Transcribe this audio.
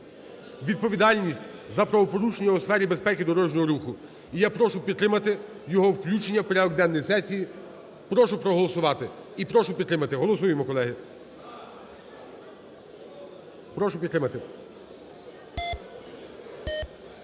відповідальність за правопорушення у сфері безпеки дорожнього руху. І я прошу підтримати його включення в порядок денний сесії. Прошу проголосувати і прошу підтримати. Голосуємо, колеги. Прошу підтримати.